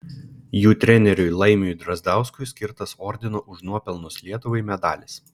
jų treneriui laimiui drazdauskui skirtas ordino už nuopelnus lietuvai medalis